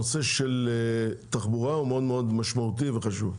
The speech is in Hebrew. הנושא של תחבורה מאוד משמעותי וחשוב.